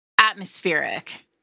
atmospheric